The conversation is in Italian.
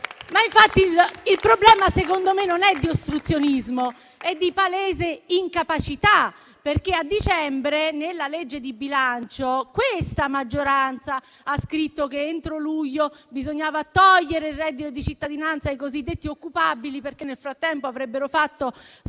il problema secondo me non è di ostruzionismo, ma è di palese incapacità, perché a dicembre nella legge di bilancio questa maggioranza ha scritto che entro luglio bisognava togliere il reddito di cittadinanza ai cosiddetti occupabili, perché nel frattempo avrebbero fatto